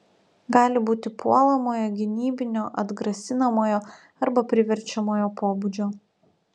gali būti puolamojo gynybinio atgrasinamojo arba priverčiamojo pobūdžio